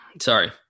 Sorry